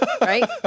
Right